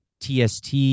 TST